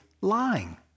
lying